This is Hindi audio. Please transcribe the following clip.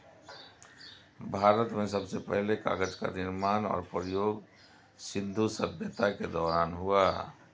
भारत में सबसे पहले कागज़ का निर्माण और प्रयोग सिन्धु सभ्यता के दौरान हुआ